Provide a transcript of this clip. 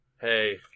Hey